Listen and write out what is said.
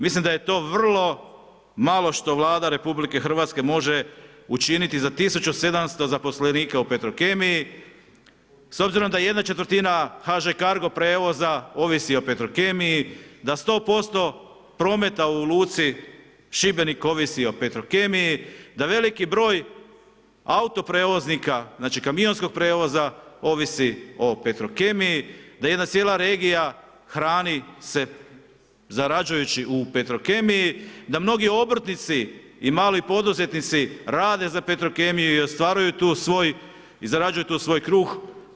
Mislim da je to vrlo malo što Vlada RH, može učiniti za 10700 zaposlenika u petrokemiji, s obzirom da ¼ HŽ kargo prijevoza ovisi o petrokemiji, da 100% prometa u luci Šibenik ovisi o petrokemiji, da veliki broj autoprijevoznika, znači kamionskog prijevoza ovisi o petrokemiji, da jedna cijela regija hrani se zarađujući u petrokemiji, da mnogi obrtnici i mali poduzetnici rade za petrokemiju i ostvaruju tu svoj, i zarađuju tu svoj kruh.